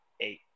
eight